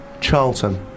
Charlton